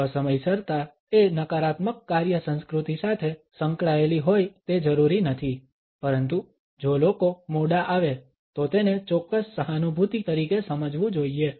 અસમયસરતા એ નકારાત્મક કાર્ય સંસ્કૃતિ સાથે સંકળાયેલી હોય તે જરૂરી નથી પરંતુ જો લોકો મોડા આવે તો તેને ચોક્કસ સહાનુભૂતિ તરીકે સમજવું જોઈએ